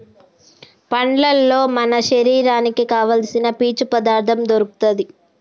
పండ్లల్లో మన శరీరానికి కావాల్సిన పీచు పదార్ధం దొరుకుతది